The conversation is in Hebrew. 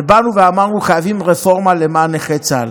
ובאנו ואמרנו: חייבים רפורמה למען נכי צה"ל.